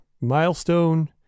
milestone